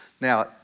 Now